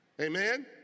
Amen